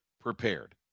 prepared